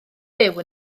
byw